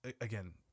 again